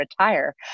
retire